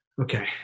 Okay